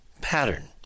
pattern